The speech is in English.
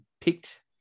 picked